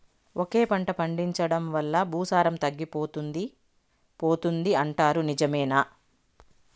ఒకే పంట పండించడం వల్ల భూసారం తగ్గిపోతుంది పోతుంది అంటారు నిజమేనా